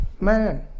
Man